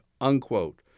unquote